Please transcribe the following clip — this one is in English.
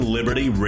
Liberty